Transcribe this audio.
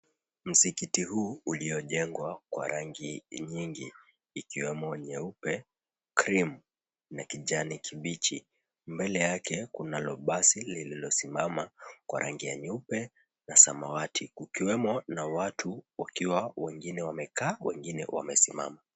Msikiti huu uliojengwa kwa rangi nyingi, ikiwemo nyeupe, cream , na kijani kibichi. Mbele yake kunalo basi lililosimama kwa rangi ya nyeupe na samawati, kukiwemo na watu wakiwa wengine wamekaa, wengine wamesimama.